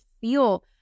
feel